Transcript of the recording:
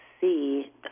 see